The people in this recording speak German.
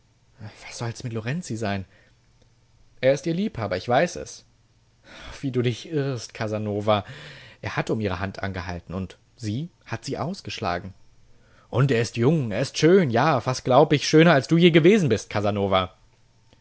was soll's mit lorenzi sein er ist ihr liebhaber ich weiß es wie du dich irrst casanova er hat um ihre hand angehalten und sie hat sie ausgeschlagen und er ist jung er ist schön ja fast glaub ich schöner als du je gewesen bist casanova